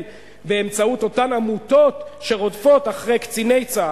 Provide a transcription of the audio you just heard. באמצעות אותן עמותות שרודפות אחרי קציני צה"ל,